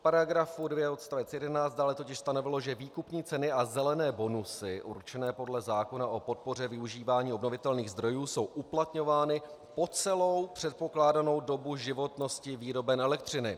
V § 2 odst. 11 dále totiž stanovilo, že výkupní ceny a zelené bonusy určené podle zákona o podpoře využívání obnovitelných zdrojů jsou uplatňovány po celou předpokládanou dobu životnosti výroben elektřiny.